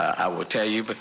i would tell you but